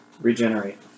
Regenerate